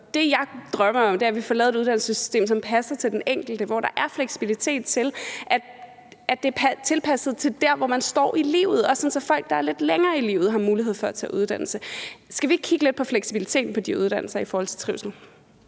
Det, jeg drømmer om, er, at vi får lavet et uddannelsessystem, som passer til den enkelte, og hvor der er fleksibilitet, så det er tilpasset til der, hvor man er i livet, så folk, der er lidt længere i livet, også har mulighed for at tage en uddannelse. Skal vi ikke kigge lidt på fleksibiliteten på de uddannelser i forhold til trivsel?